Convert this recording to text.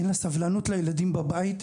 אין לה סבלנות לילדים בבית,